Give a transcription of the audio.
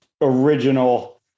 original